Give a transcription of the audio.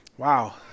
wow